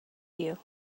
you